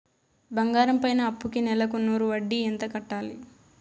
బంగారం పైన అప్పుకి నెలకు నూరు వడ్డీ ఎంత కట్టాలి?